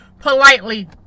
politely